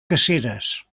caceres